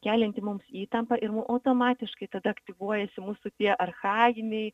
kelianti mums įtampą ir mum automatiškai tada aktyvuojasi mūsų tie archajiniai